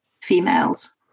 Females